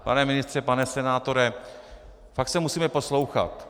Pane ministře, pane senátore, fakt se musíme poslouchat.